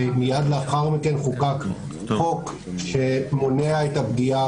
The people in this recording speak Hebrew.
מיד לאחר מכן חוקק חוק שמונע את הפגיעה